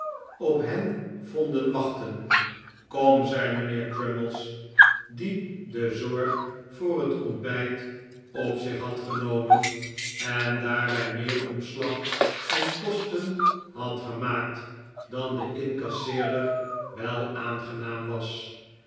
op hen vonden wachten kom zei mijnheer crummies die de zorg voor het ontbijt op zich had genomen en daarbij meer omslag en kosten had gemaakt dan den incasseerder wel aangenaam was